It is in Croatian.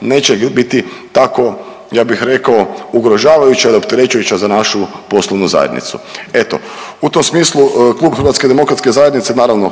neće biti tako ja bih rekao ugrožavajuća ili opterećujuća za našu poslovnu zajednicu. Eto, u tom smislu klub HDZ-a naravno